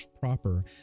proper